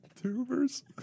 Tubers